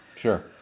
Sure